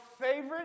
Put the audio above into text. favorite